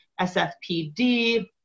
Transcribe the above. SFPD